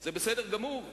זה בסדר גמור,